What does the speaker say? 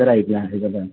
അല്ലേ